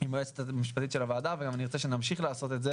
עם היועצת המשפטית לוועדה ואני רוצה שנמשיך לעשות את זה